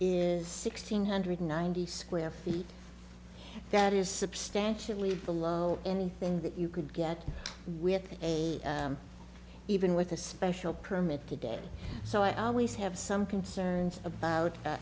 is sixteen hundred ninety square feet that is substantially below anything that you could get with age even with a special permit today so i always have some concerns about